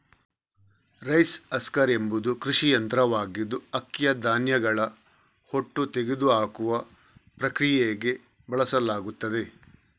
rice husker ಎಂಬುದು ಕೃಷಿ ಯಂತ್ರವಾಗಿದ್ದು ಅಕ್ಕಿಯ ಧಾನ್ಯಗಳ ಹೊಟ್ಟು ತೆಗೆದುಹಾಕುವ ಪ್ರಕ್ರಿಯೆಗೆ ಬಳಸಲಾಗುತ್ತದೆ